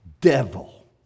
Devil